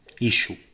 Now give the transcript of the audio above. issue